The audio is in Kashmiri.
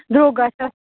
دروٚگ آسیا